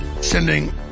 sending